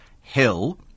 Hill